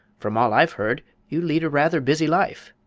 from all i've heard you lead a rather busy life.